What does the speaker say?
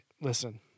Listen